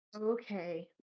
Okay